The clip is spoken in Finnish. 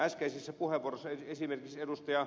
äskeisessä puheenvuorossa esimerkiksi ed